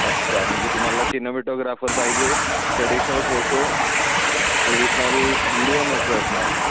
अच्छा म्हणजे तुम्हाला सिनेमॅटोग्राफर पाहिजे ट्रेडिशनल फोटो ट्रेडिशनल विडियो नको असणार मग